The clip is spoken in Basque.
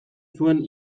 zuen